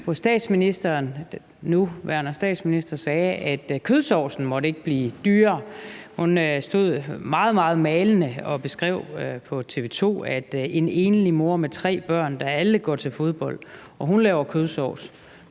hvor statsministeren sagde, at kødsovsen ikke måtte blive dyrere. Hun stod meget, meget malende på TV 2 og beskrev en enlig mor med tre børn, der alle går til fodbold, og moren laver kødsovs,